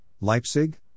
Leipzig